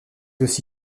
aussi